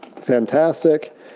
Fantastic